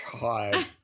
God